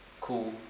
Cool